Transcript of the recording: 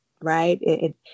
right